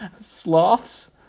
Sloths